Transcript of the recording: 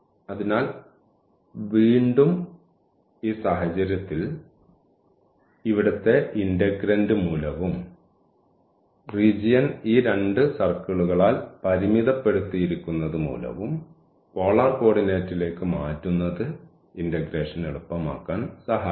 അതിനാൽ വീണ്ടും ഈ സാഹചര്യത്തിൽ ഇവിടുത്തെ ഇന്റഗ്രന്റ് മൂലവും റീജിയൻ ഈ രണ്ട് സർക്കിളുകളാൽ പരിമിതപ്പെടുത്തിയിരിക്കുന്നതു മൂലവും പോളാർ കോർഡിനേറ്റിലേക്ക് മാറ്റുന്നത് ഇന്റഗ്രേഷൻ എളുപ്പമാക്കാൻ സഹായിക്കും